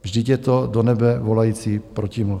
Vždyť je to do nebe volající protimluv.